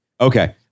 Okay